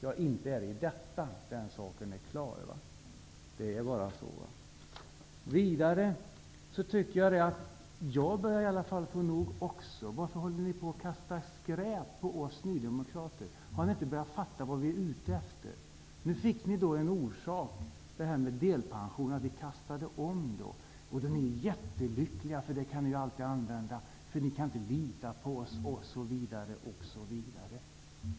Ja, saken är klar -- inte är det med detta. Också jag börjar få nog. Varför kastar ni skräp på oss nydemokrater? Har ni inte börjat fatta vad vi är ute efter? I samband med beslutet om delpensionen fick ni en förevändning, när vi ändrade oss i voteringen. Då blev ni jättelyckliga. Detta är något som man alltid kan använda. Ni menar att man inte kan lita på oss osv.